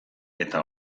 eta